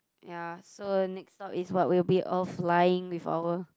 ya so next stop is what we'll be all flying with our